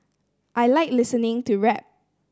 I like listening to rap